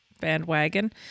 bandwagon